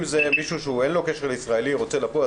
אם זה מישהו שאין לו קשר לישראלי ורוצה לבוא,